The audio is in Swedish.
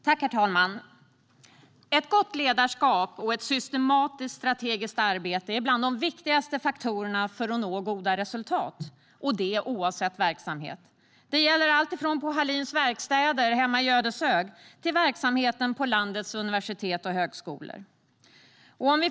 Herr talman! Ett gott ledarskap och ett systematiskt strategiskt arbete är bland de viktigaste faktorerna för att nå goda resultat, oavsett verksamhet. Detta gäller alltifrån Hallins verkstäder hemma i Ödeshög till verksamheten på landets universitet och högskolor.